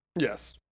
Yes